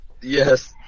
yes